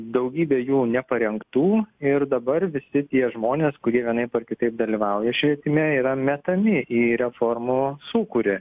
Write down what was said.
daugybė jų neparengtų ir dabar visi tie žmonės kurie vienaip ar kitaip dalyvauja švietime yra metami į reformų sūkurį